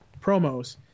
promos